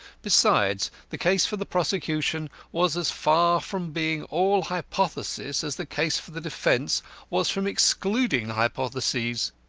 besides, the case for the prosecution was as far from being all hypothesis as the case for the defence was from excluding hypotheses.